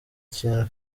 kintu